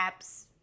apps